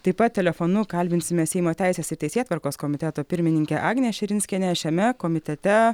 taip pat telefonu kalbinsime seimo teisės ir teisėtvarkos komiteto pirmininkę agnę širinskienę šiame komitete